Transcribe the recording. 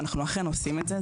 ואנחנו אכן עושים את זה,